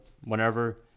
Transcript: whenever